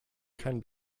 kein